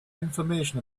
information